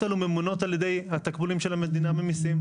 ההוצאות האלו ממומנות על ידי היקף התקבולים של המדינה ממסים.